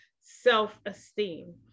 self-esteem